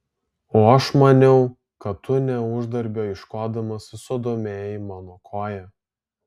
o aš maniau kad tu ne uždarbio ieškodamas susidomėjai mano koja